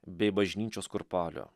bei bažnyčios kurpalio